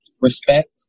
respect